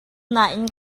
nain